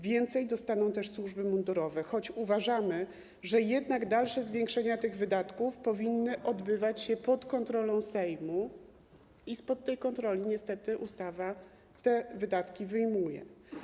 Więcej dostaną też służby mundurowe, choć uważamy, że dalsze zwiększenia tych wydatków powinny odbywać się pod kontrolą Sejmu, ale spod tej kontroli niestety ustawa te wydatki wyjmuje.